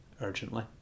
urgently